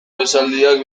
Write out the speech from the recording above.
esaldiak